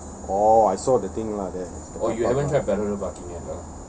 oh I saw the thing lah there